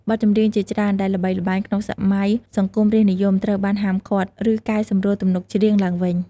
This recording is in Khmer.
បទចម្រៀងជាច្រើនដែលល្បីល្បាញក្នុងសម័យសង្គមរាស្ត្រនិយម ត្រូវបាន ហាមឃាត់ ឬ កែសម្រួលទំនុកច្រៀង ឡើងវិញ។